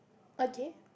okay